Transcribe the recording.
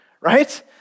right